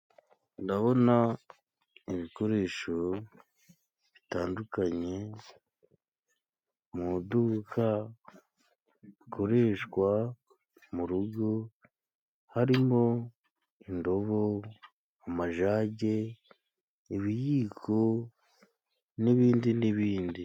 Ndabona ibikoresho bitandukanye mu iduka bikorerishwa mu rugo, harimo indobo, amajage, ibiyiko, n'ibindi n'ibindi...